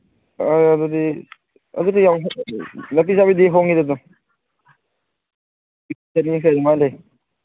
ꯑꯗꯨꯗꯤ ꯑꯗꯨꯗꯤ ꯌꯥꯝ ꯉꯥꯄꯤ ꯆꯥꯕꯤꯗꯤ ꯍꯣꯡꯉꯤꯗ ꯑꯗꯨꯝ ꯑꯗꯨꯃꯥꯏꯅ ꯂꯩ